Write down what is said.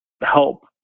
help